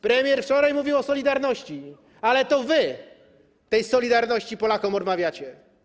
Premier wczoraj mówił o solidarności, ale to wy tej solidarności Polakom odmawiacie.